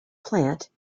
plant